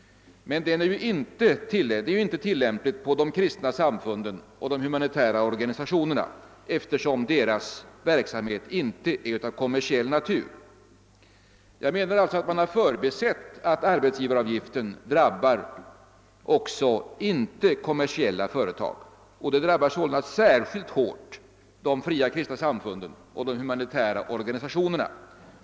Men den är inte tillämplig på de kristna samfunden och de humanitära organisationerna, eftersom deras verksamhet inte är av kommersiell natur. Jag menar därför att man har förbisett att arbetsgivaravgiften även drabbar icke kommersiella företag, och särskilt hårt drabbar den de fria kristna samfunden och de humanitära organisationerna.